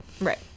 Right